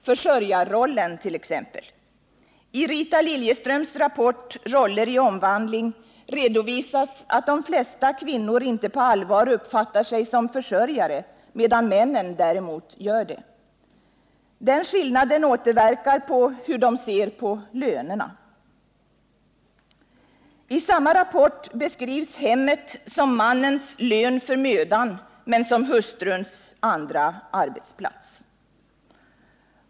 Försörjarrollen t.ex. I Rita Liljeströms rapport ”Roller i omvandling” redovisas att de flesta kvinnor inte på allvar uppfattar sig som försörjare, medan männen däremot gör det. Den skillnaden återverkar på synen på lönerna. I samma rapport beskrivs hemmet som mannens lön för mödan, men som hustruns andra arbetsplats.